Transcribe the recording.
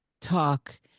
talk